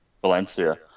Valencia